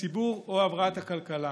הציבור או הבראת הכלכלה.